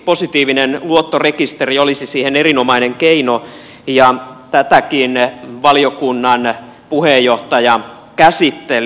positiivinen luottorekisteri olisi siihen erinomainen keino ja tätäkin valiokunnan puheenjohtaja käsitteli